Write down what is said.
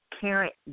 current